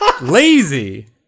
Lazy